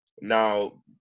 now